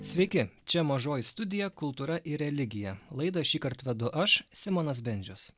sveiki čia mažoji studija kultūra ir religija laidą šįkart vedu aš simonas bendžius